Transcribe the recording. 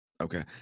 Okay